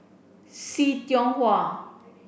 See Tiong Wah